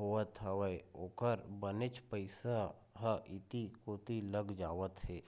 होवत हवय ओखर बनेच पइसा ह इहीं कोती लग जावत हे